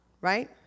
right